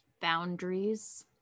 Boundaries